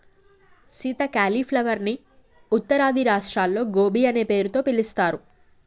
Sita cauliflower ని ఉత్తరాది రాష్ట్రాల్లో గోబీ అనే పేరుతో పిలుస్తారు